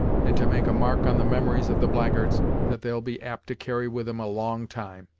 and to make a mark on the memories of the blackguards that they'll be apt to carry with em a long time.